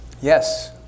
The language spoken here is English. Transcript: yes